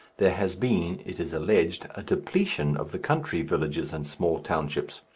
there has been, it is alleged, a depletion of the country villages and small townships.